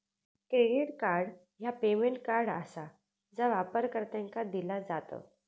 credit card ह्या payment card आसा जा वापरकर्त्यांका दिला जात